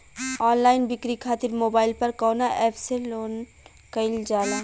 Online बिक्री खातिर mobile पर कवना एप्स लोन कईल जाला?